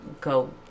go